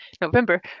November